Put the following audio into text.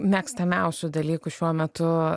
mėgstamiausių dalykų šiuo metu